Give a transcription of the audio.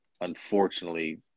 unfortunately